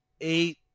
eight